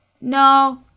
No